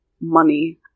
money